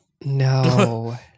no